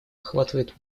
охватывает